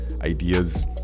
ideas